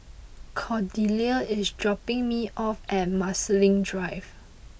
Cordelia is dropping me off at Marsiling Drive